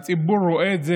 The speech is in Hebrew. הציבור רואה את זה,